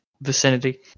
vicinity